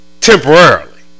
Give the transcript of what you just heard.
Temporarily